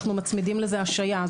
שאנחנו מצמידים לזה השעיה.